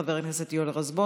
חבר הכנסת יואל רזבוזוב,